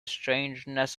strangeness